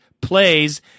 plays